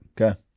Okay